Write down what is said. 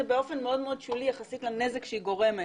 זה באופן מאוד מאוד שולי יחסית לנזק שהיא גורמת,